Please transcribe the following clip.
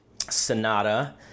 Sonata